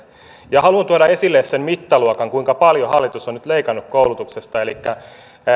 haluan tuoda esille sen mittaluokan kuinka paljon hallitus on nyt leikannut koulutuksesta elikkä